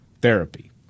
therapy